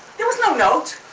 there was no note.